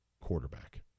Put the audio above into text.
quarterback